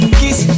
kiss